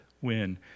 win